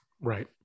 Right